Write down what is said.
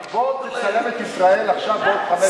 בוא תצלם את ישראל עכשיו ובעוד חמש שנים.